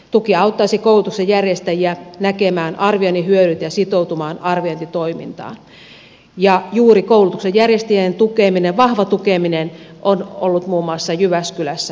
tuki auttaisi koulutuksen järjestäjiä näkemään arvioinnin hyödyt ja sitoutumaan arviointitoimintaan ja juuri koulutuksen järjestäjien vahvalla tukemisella on ollut muun muassa jyväskylässä erityinen rooli